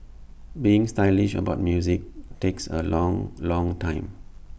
being stylish about music takes A long long time